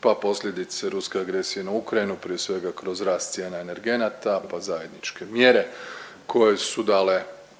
pa posljedice ruske agresije na Ukrajinu prije svega kroz rast cijene energenata pa zajedničke mjere koje su dale